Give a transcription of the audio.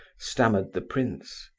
stammered the prince.